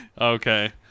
Okay